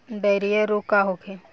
Diarrhoea रोग का होखे?